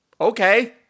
okay